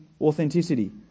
authenticity